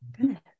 Good